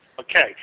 Okay